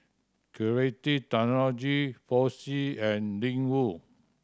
Creative Technology Fossil and Ling Wu